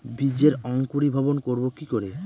বীজের অঙ্কোরি ভবন করব কিকরে?